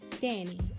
Danny